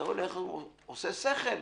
עושה שכל.